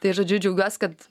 tai žodžiu džiaugiuosi kad